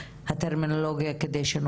אני מודה לך.